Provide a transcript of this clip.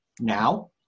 now